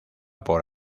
por